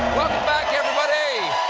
back, everybody!